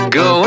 go